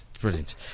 brilliant